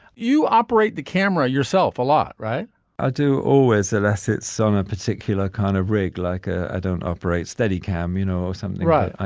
you operate the camera yourself a lot, right i do. always the less it's on a particular kind of rig, like i don't operate steadicam, you know, or something right.